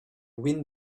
wind